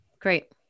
Great